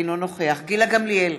אינו נוכח גילה גמליאל,